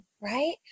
right